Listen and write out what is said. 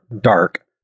dark